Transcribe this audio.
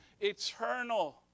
eternal